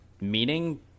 meaning